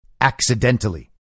accidentally